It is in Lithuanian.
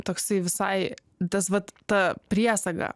toksai visai tas vat ta priesaga